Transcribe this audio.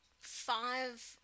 five